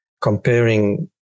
comparing